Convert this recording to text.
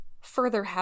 further